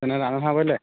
ହେନେ ରାନ୍ଧମା ବଲେ